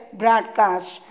broadcast